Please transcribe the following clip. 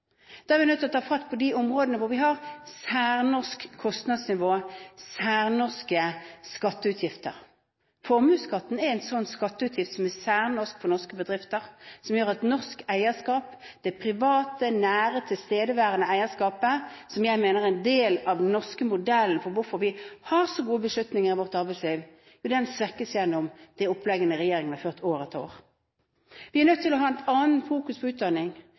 Da er vi nødt til å ta fatt på de områdene hvor vi har et særnorsk kostnadsnivå, særnorske skatteutgifter. Formuesskatten er en slik skatteutgift som er særnorsk, en skatteutgift for norske bedrifter, som gjør at norsk eierskap, det private, nære og tilstedeværende eierskapet, som jeg mener er en del av den norske modellen for å ha så gode beslutninger i vårt arbeidsliv, svekkes – gjennom det opplegget regjeringen har ført år etter år. Vi er nødt til å ha et annet fokus på utdanning.